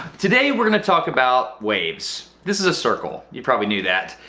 today we're gonna talk about waves. this is a circle, you probably knew that.